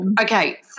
Okay